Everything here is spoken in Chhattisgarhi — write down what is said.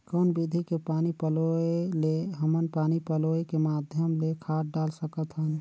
कौन विधि के पानी पलोय ले हमन पानी पलोय के माध्यम ले खाद डाल सकत हन?